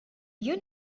you